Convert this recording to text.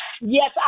Yes